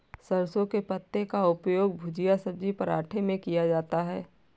सरसों के पत्ते का उपयोग भुजिया सब्जी पराठे में किया जाता है